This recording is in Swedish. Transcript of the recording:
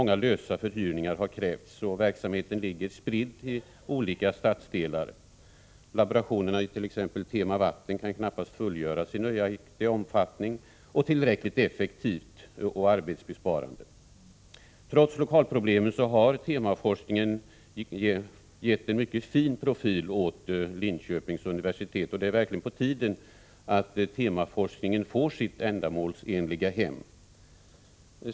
Många lösa förhyrningar har krävts, och verksamheten är spridd till olika stadsdelar. Laborationerna i t.ex. Tema-Vatten kan knappast fullgöras i nöjaktig omfattning och tillräckligt effektivt och arbetsbesparande. Trots lokalproblemen har temaforskningen gett en mycket fin profil åt Linköpings universitet, och det är verkligen på tiden att temaforskningen får sitt ändamålsenliga hem.